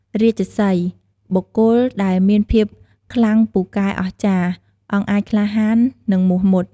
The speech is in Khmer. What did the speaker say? រាជសីហ៍ បុគ្គលដែលមានភាពខ្លាំងពូកែអស្ចារ្យ អង់អាចក្លាហាន និងមោះមុត ។